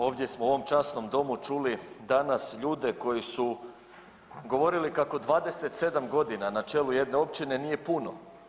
Ovdje smo u ovom časnom Domu čuli danas ljude koji su govorili kako 27 godina na čelu jedne općine nije puno.